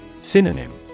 Synonym